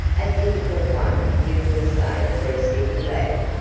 a difficult one you will say for a city lad,